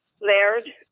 Laird